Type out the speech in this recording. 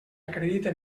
acredite